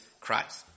Christ